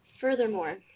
Furthermore